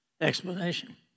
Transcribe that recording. explanation